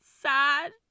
sad